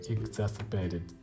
Exacerbated